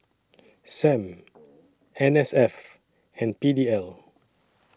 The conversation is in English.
SAM N S F and P D L